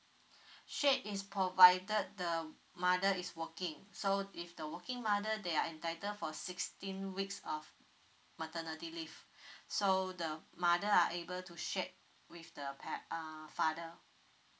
shared is provided the mother is walking so if the working mother they are entitled for sixteen weeks of maternity leave so the mother are able to shared with the pa~ uh father